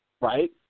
right